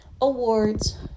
awards